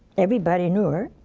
everybody knew her